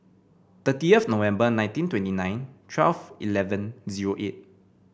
thirtieth November nineteen twenty nine twelve eleven zero eight